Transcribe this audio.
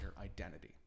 identity